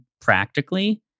practically